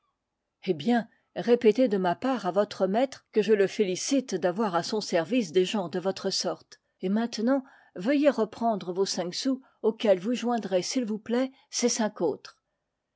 eh bien répétez de ma part à votre maître que je le félicite d'avoir à son service des gens de votre sorte et maintenant veuillez reprendre vos cinq sous auxquels vous joindrez s'il vous plaît ces cinq autres